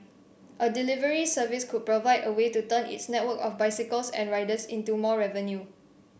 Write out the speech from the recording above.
a delivery service could provide a way to turn its network of bicycles and riders into more revenue